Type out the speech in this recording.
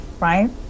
right